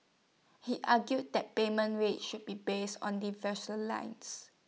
he argued that payment rates should be based on the vessel length